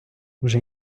вже